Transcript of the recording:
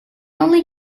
only